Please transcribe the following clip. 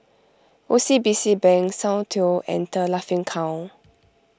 O C B C Bank Soundteoh and the Laughing Cow